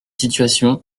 situations